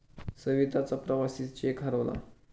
सविताचा प्रवासी चेक हरवला